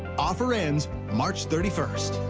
offer ends march thirty first.